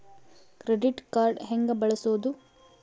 Credit card ಹೆಂಗ ಬಳಸೋದು?